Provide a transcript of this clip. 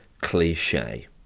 cliche